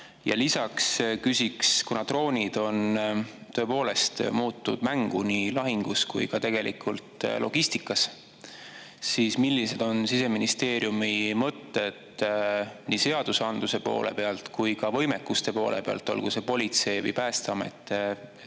Lisaks küsiks, et kuna droonid on tõepoolest muutnud mängu nii lahingus kui ka tegelikult logistikas, siis millised on Siseministeeriumi mõtted nii seadusandluse poole pealt kui ka võimekuste poole pealt, olgu see politsei või Päästeamet.